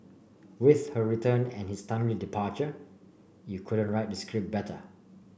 with her return and his timely departure you couldn't write the script better